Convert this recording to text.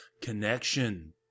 connection